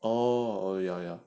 oh oh ya